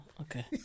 okay